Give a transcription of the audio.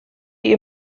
die